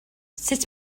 sut